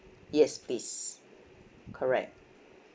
yes please correct